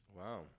Wow